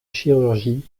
chirurgie